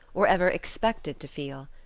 or ever expected to feel.